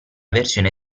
versione